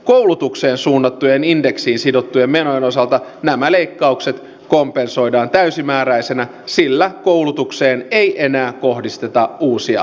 koulutukseen suunnattujen indeksiin sidottujen menojen osalta nämä leikkaukset kompensoidaan täysimääräisinä sillä koulutukseen ei enää kohdisteta uusia säästöjä